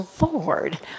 Lord